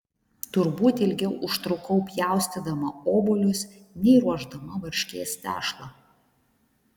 turbūt ilgiau užtrukau pjaustydama obuolius nei ruošdama varškės tešlą